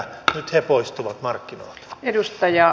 nyt he poistuvat markkinoilta